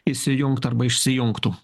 įsijungtų arba išsijungtų